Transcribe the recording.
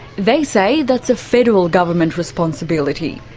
they say that's a federal government responsibility.